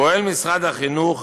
פועל משרד החינוך